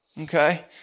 Okay